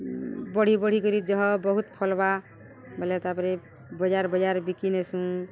ବଢ଼ି ବଢ଼ି କରି ଜହ ବହୁତ୍ ଫଲ୍ବା ବଲେ ତା'ପରେ ବଜାର୍ ବଜାର୍ ବିକି ନେସୁଁ